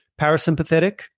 parasympathetic